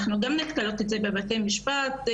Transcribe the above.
אנחנו גם נתקלות בזה בבתי המשפט.